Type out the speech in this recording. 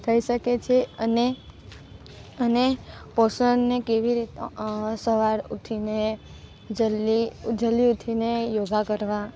થઈ શકે છે અને અને પોષણને કેવી રીત સવારે ઊઠીને જલ્દી જલ્દી ઊઠીને યોગા કરવા